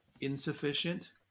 insufficient